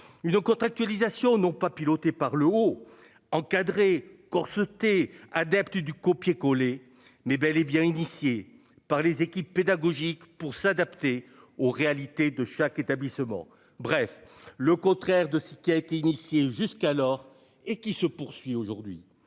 une contractualisation non pas piloté par le haut encadré corsetée adeptes du copier/coller mais bel et bien initiée par les équipes pédagogiques pour s'adapter aux réalités de chaque établissement, bref le contraire de ce qui a été initié jusqu'alors et qui se poursuit aujourd'hui